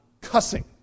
cussing